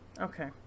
okay